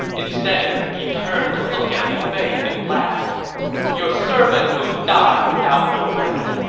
instead, he turned to look at liu bei and laughed your servant will die without regret,